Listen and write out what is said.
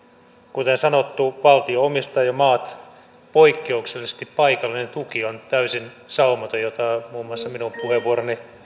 kuten sanottu valtio omistaa jo maat poikkeuksellisesti paikallinen tuki on täysin saumaton jota muun muassa minun puheenvuoroni